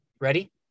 Ready